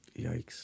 Yikes